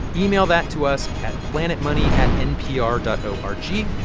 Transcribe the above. email that to us at planetmoney at npr dot o r g.